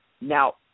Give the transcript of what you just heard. Now